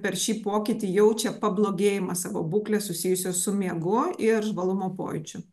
per šį pokytį jaučia pablogėjimą savo būklės susijusios su miegu ir žvalumo pojūčiu